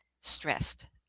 stressed